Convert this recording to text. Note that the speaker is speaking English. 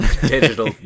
digital